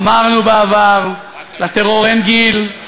אמרנו בעבר: לטרור אין גיל,